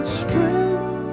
strength